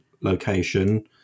location